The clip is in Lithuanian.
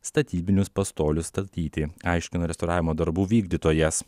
statybinius pastolius statyti aiškino restauravimo darbų vykdytojas